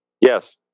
Yes